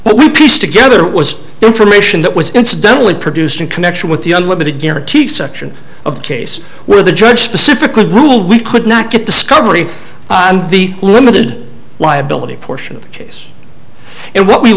what we pieced together was the information that was incidentally produced in connection with the unlimited guarantee exception of the case where the judge specifically rule we could not get discovery the limited liability portion of the case and what we